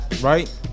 right